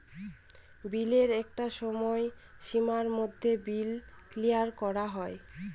বিলের একটা সময় সীমার মধ্যে বিল ক্লিয়ার করা হয়